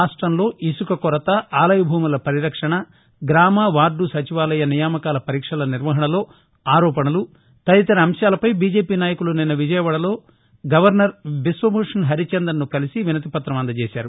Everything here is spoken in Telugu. రాష్టంలో ఇసుక కొరత ఆలయ భూముల పరిరక్షణ గ్రామ వార్ద సచివాలయ నియమాకాల పరీక్షల నిర్వహణలో ఆరోపణలు తదితర అంశాలపై బీజేపీ నాయకులు నిన్న విజయవాదలో గవర్నర్ బిశ్వభూషణ్ హరిచందన్ ను కలిసి వినతిపత్రం అందజేశారు